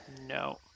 No